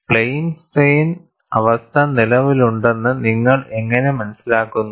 plain strain അവസ്ഥ നിലവിലുണ്ടെന്ന് നിങ്ങൾ എങ്ങനെ മനസ്സിലാക്കുന്നു